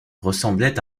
ressemblait